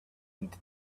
into